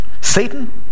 Satan